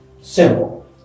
Simple